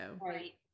Right